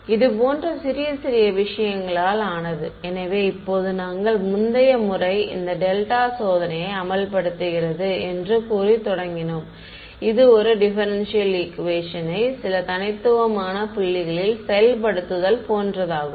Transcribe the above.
மாணவர் இதுபோன்ற சிறிய சிறிய விஷயங்களால் ஆனது எனவே இப்போது நாங்கள் முந்தைய முறை இந்த டெல்டா சோதனையை அமல்படுத்துகிறது என்று கூறி தொடங்கினோம் இது ஒரு டிப்பேரென்ஷியல் ஈக்குவேஷனை சில தனித்துவமான புள்ளிகளில் செயல்படுத்துதல் போன்றதாகும்